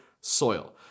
soil